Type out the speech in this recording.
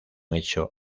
hecho